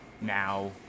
now